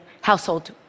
household